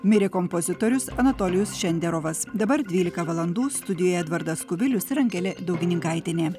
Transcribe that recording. mirė kompozitorius anatolijus šenderovas dabar dvylika valandų studijoje edvardas kubilius ir angelė daugininkaitienė